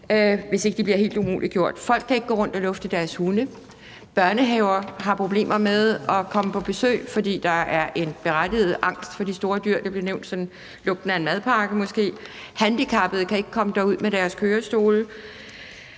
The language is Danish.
hvis ikke den bliver helt umuliggjort. Folk kan ikke gå rundt og lufte deres hunde, børnehaver har problemer med at komme på besøg, fordi der er en berettiget angst for de store dyr – lugten af en madpakke blev nævnt – handicappede kan ikke komme derud med deres kørestole.